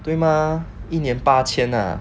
对吗一年八千 ah